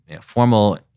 formal